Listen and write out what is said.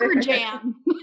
jam